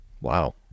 Wow